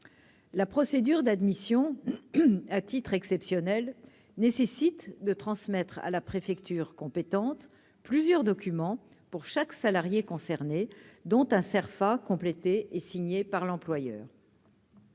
la procédure d'admission à titre exceptionnel, nécessite de transmettre à la préfecture compétente plusieurs documents pour chaque salarié concerné, dont un Cerfa complétée et signée par l'employeur.